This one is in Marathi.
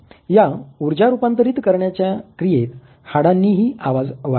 या उर्जा रुपांतरीत करण्याच्या क्रियेत हाडांनीही आवाज वाढविला